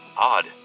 odd